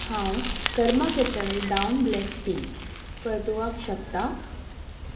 हांव कर्मा केटरल डाउन ब्लॅक टी परतुवंक शकता